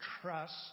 trust